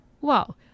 Wow